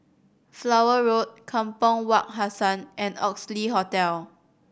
Flower Road Kampong Wak Hassan and Oxley Hotel